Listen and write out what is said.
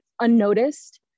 unnoticed